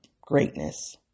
greatness